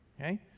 Okay